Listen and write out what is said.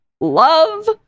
love